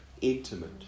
intimate